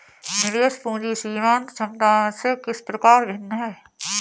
निवेश पूंजी सीमांत क्षमता से किस प्रकार भिन्न है?